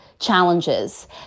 challenges